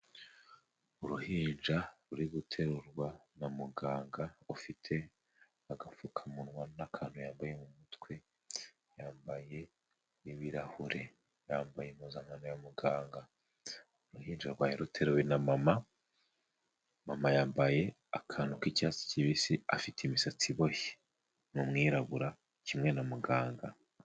Uruhinja ruri guterurwa na muganga ufite agapfukamunwa n'akantu yambaye mu mutwe, yambaye ibirahure, yambaye impuzankano ya muganga. Uruhinja rwari ruteruwe na mama, mama yambaye akantu k'icyatsi kibisi, afite imisatsi iboshye, ni umwirabura kimwe na muganga.